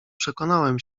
przekonałem